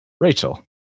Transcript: Rachel